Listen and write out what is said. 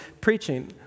preaching